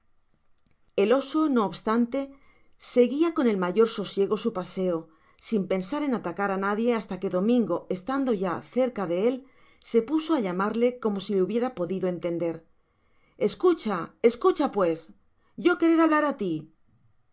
el oso no obstante seguia con el mayor sosiego su paseo sin pensar en atacar á nadie hasta que domingo estando ya cerca de él se puso á llamarle como si le hubiera podido entender escucha escucha pues yo querer hablar á ti